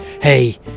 Hey